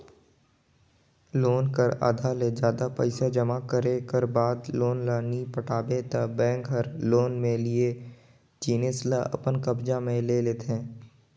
loan कर आधा ले जादा पइसा जमा करे कर बाद लोन ल नी पटाबे ता बेंक हर लोन में लेय जिनिस ल अपन कब्जा म ले लेथे